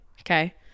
Okay